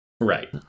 Right